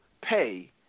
pay